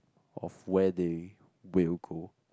of where they will go